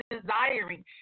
desiring